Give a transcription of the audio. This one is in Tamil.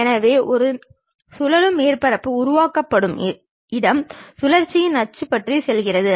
எனவே ஒரு சுழலும் மேற்பரப்பு உருவாக்கப்படும் இடம் சுழற்சியின் அச்சு பற்றி செல்கிறது